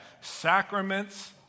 sacraments